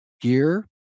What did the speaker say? gear